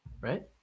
right